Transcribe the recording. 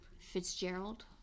Fitzgerald